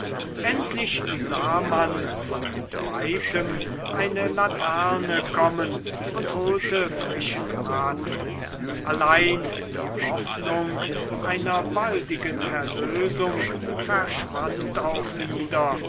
endlich sah man von weitem eine laterne kommen und holte frischen atem allein die hoffnung einer baldigen erlösung verschwand auch wieder